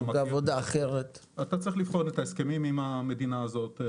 אתה צריך לבחון את ההסכמים עם המדינה הזאת.